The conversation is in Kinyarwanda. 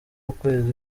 ukwezi